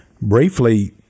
briefly